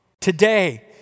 Today